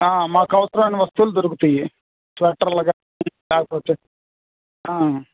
మాకు అవసరమైన వస్తువులు దొరుకుతాయి స్వెటర్లు కానీ లేకపోతే